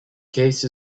case